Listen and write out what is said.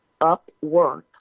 Upwork